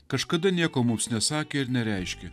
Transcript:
kažkada nieko mums nesakė ir nereiškė